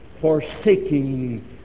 forsaking